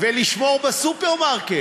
ולשמור בסופרמרקט,